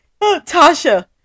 Tasha